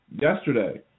yesterday